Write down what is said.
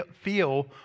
feel